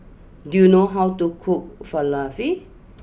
do you know how to cook Falafel